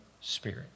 spirit